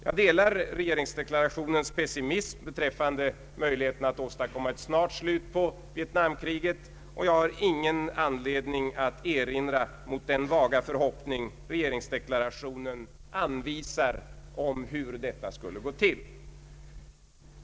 Jag delar i övrigt regeringsdeklarationens pessimism beträffande möjligheterna att åstadkomma ett snart slut på Vietnamkriget, och jag har ingen anledning att göra någon erinran mot den vaga förhoppning regeringsdeklarationen anvisar om hur detta skulle gå till.